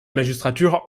magistrature